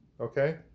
Okay